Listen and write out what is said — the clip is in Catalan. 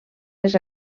les